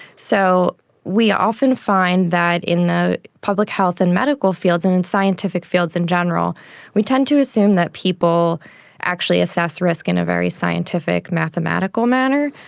so we often find that in the public health and medical fields and in scientific fields in general we tend to assume that people actually assess risk in a very scientific, mathematical manner,